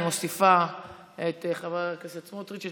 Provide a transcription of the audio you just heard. ואני מוסיפה את חבר הכנסת סמוטריץ',